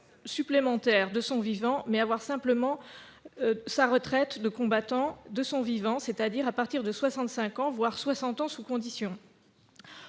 supplémentaire de son vivant : il faut simplement qu'il ait perçu sa retraite de combattant de son vivant, c'est-à-dire à partir de 65 ans, voire 60 ans, sous conditions.